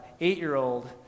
eight-year-old